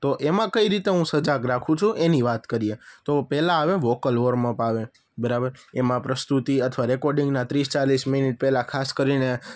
તો એમાં કઈ રીતે હું સજાગ રાખું છું એની વાત કરીએ તો પહેલાં આવે વોકલ વોર્મઅપ આવે બરાબર એમાં પ્રસ્તુતિ અથવા રેકોર્ડિંગના ત્રીસ ચાલીસ મિનિટ પહેલાં ખાસ કરીને